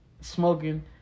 smoking